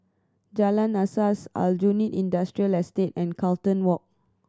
Jalan Asas Aljunied Industrial Estate and Carlton Walk